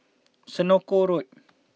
Senoko Road